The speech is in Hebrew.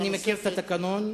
אני מכיר את התקנון,